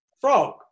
Frog